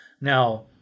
now